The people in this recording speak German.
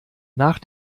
nach